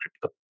crypto